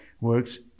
works